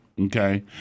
okay